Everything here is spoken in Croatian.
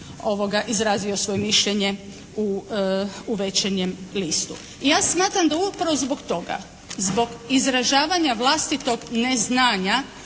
Felix izrazio svoje mišljenje u "Večernjem listu". Ja smatram da upravo zbog toga, zbog izražavanja vlastitog neznanja